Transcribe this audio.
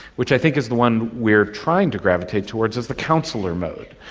which i think is the one we are trying to gravitate towards, is the counsellor mode,